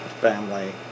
family